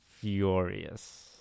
furious